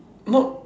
not